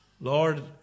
Lord